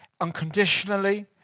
unconditionally